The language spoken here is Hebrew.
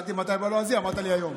שאלתי מתי בלועזי, אמרת שהיום.